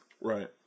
Right